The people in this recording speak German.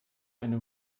eine